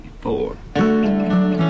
four